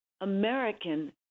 American